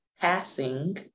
passing